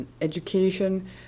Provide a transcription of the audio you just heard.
education